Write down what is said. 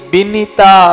Binita